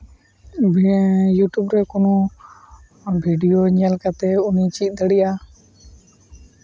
ᱵᱤᱵᱷᱤᱱᱱᱚ ᱤᱭᱩᱴᱩᱵᱽ ᱨᱮ ᱠᱳᱱᱳ ᱵᱷᱤᱰᱭᱳ ᱧᱮᱞ ᱠᱟᱛᱮᱫ ᱩᱱᱤᱭ ᱪᱮᱫ ᱫᱟᱲᱮᱭᱟᱜᱼᱟ